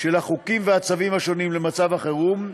של החוקים והצווים השונים למצב החירום,